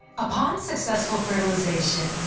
upon successful fertilization,